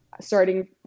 starting